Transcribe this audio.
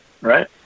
right